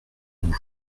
mon